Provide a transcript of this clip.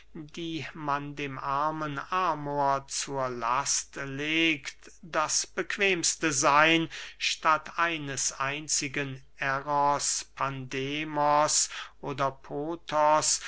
die man dem armen amor zur last legt das bequemste seyn statt eines einzigen eros pandemos oder pothos